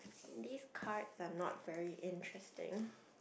these cards are not very interesting